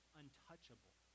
untouchable